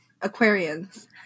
Aquarians